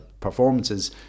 Performances